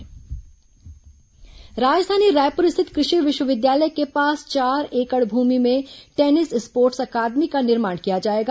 tennis academy लोकार्पण राजधानी रायपुर स्थित कृषि विश्वविद्यालय के पास चार एकड़ भूमि में टेनिस स्पोर्ट्स अकादमी का निर्माण किया जाएगा